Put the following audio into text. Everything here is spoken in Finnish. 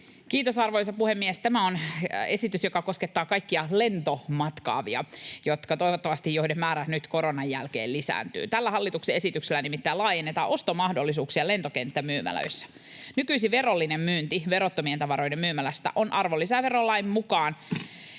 Kiitos, arvoisa puhemies! Tämä on esitys, joka koskettaa kaikkia lentomatkaavia, joiden määrä toivottavasti nyt koronan jälkeen lisääntyy — tällä hallituksen esityksellä nimittäin laajennetaan ostomahdollisuuksia lentokenttämyymälöissä. Nykyisin verollinen myynti verottomien tavaroiden myymälästä on arvonlisäverolain mukaan